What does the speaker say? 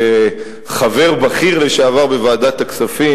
כחבר בכיר לשעבר בוועדת הכספים,